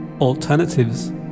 alternatives